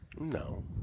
No